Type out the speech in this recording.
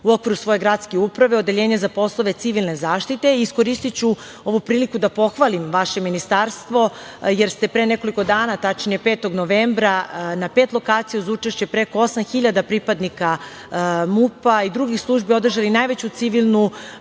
u okviru svoje gradske uprave, Odeljenje za poslove civilne zaštite i iskoristiću ovu priliku da pohvalim vaše ministarstvo, jer ste pre nekoliko dana, tačnije 5. novembra, na pet lokacija, uz učešće preko 8.000 pripadnika MUP-a i drugih službi održali najveću civilnu